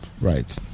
right